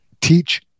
Teach